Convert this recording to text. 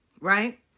right